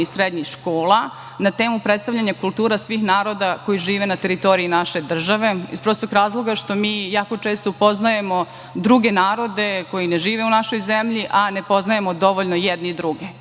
i srednjih škola na temu predstavljanja kultura svih naroda koji žive na teritoriji naše države, iz prostog razloga što mi jako često upoznajemo druge narode koji ne žive u našoj zemlji, a ne poznajemo dovoljno jedni druge. To